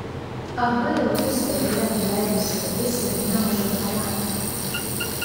ava ilgai stovėjo nuleidusi akis ir gniaužė chalatą